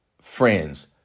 friends